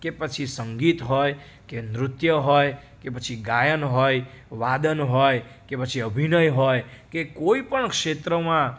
કે પછી સંગીત હોય કે નૃત્ય હોય કે પછી ગાયન હોય વાદન હોય કે પછી અભિનય હોય કે કોઈપણ ક્ષેત્રમાં